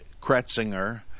Kretzinger